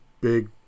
big